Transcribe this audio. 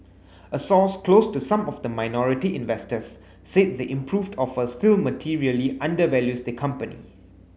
a source close to some of the minority investors said the improved offer still materially undervalues the company